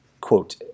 quote